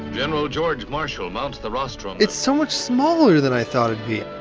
general george marshall mounts the rostrum it's so much smaller than i thought it'd be